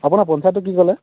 আপোনাৰ পঞ্চায়তটো কি ক'লে